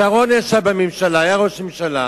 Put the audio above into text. שרון ישב בממשלה, היה ראש הממשלה,